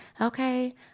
okay